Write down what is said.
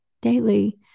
daily